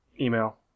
email